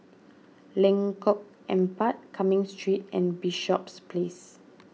Lengkong Empat Cumming Street and Bishops Place